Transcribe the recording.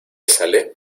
sale